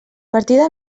partida